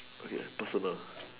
okay personal